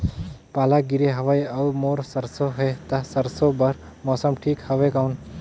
पाला गिरे हवय अउर मोर सरसो हे ता सरसो बार मौसम ठीक हवे कौन?